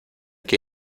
que